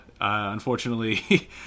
unfortunately